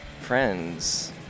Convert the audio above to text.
friends